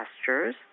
pastures